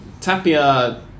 Tapia